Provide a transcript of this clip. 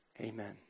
amen